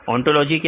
ontology क्या